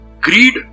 Greed